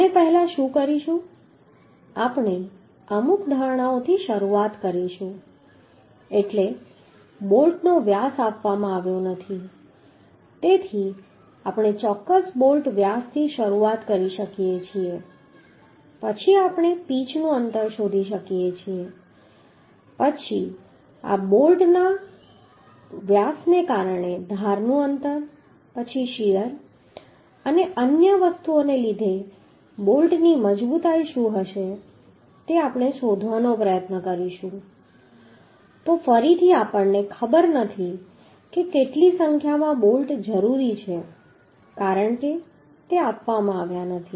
આપણે પહેલા શું કરીશું આપણે અમુક ધારણાઓથી શરૂઆત કરીશું એટલે બોલ્ટનો વ્યાસ આપવામાં આવ્યો નથી તેથી આપણે ચોક્કસ બોલ્ટ વ્યાસથી શરૂઆત કરી શકીએ છીએ પછી આપણે પિચનું અંતર શોધી શકીએ છીએ પછી આ પ્રકારના બોલ્ટ વ્યાસને કારણે ધારનું અંતર પછી શીયર અને અન્ય વસ્તુઓને લીધે બોલ્ટની મજબૂતાઈ શું હશે તે આપણે શોધવાનો પ્રયત્ન કરીશું તો ફરીથી આપણને ખબર નથી કે કેટલી સંખ્યામાં બોલ્ટ જરૂરી છે કારણ કે તે આપવામાં આવ્યા નથી